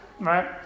right